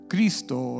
Cristo